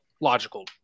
logical